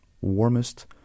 warmest